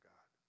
God